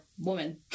woman